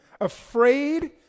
afraid